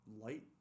light